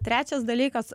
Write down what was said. trečias dalykas